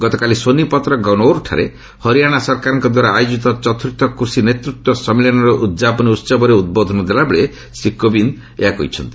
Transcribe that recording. ଗତକାଲି ସୋନିପଥର ଗନୌର୍ ଠାରେ ହରିଆଣା ସରକାରଙ୍କ ଦ୍ୱାରା ଆୟୋଜିତ ଚତୁର୍ଥ କୃଷି ନେତୃତ୍ୱ ସମ୍ମିଳନୀର ଉଦ୍ଯାପନୀ ଉହବରେ ଉଦ୍ବୋଧନ ଦେଲାବେଳେ ଶ୍ରୀ କୋବିନ୍ଦ ଏହା କହିଛନ୍ତି